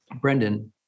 Brendan